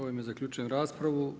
Ovime zaključujem raspravu.